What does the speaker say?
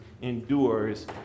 endures